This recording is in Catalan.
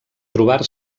trobar